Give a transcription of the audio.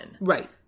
Right